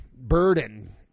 Burden